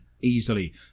easily